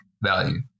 value